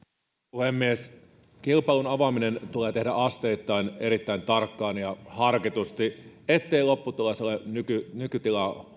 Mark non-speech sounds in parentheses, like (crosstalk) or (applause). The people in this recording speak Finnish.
puhemies kilpailun avaaminen tulee tehdä asteittain erittäin tarkkaan ja harkitusti ettei lopputulos ole nykytilaa (unintelligible)